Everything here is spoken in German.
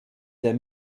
der